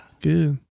Good